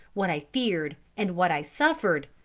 what i feared, and what i suffered!